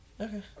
Okay